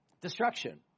Destruction